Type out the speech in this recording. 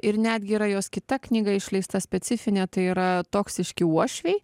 ir netgi yra jos kita knyga išleista specifinė tai yra toksiški uošviai